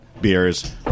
beers